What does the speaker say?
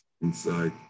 inside